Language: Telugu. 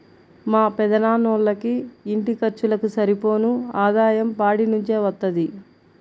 మా పెదనాన్నోళ్ళకి ఇంటి ఖర్చులకు సరిపోను ఆదాయం పాడి నుంచే వత్తది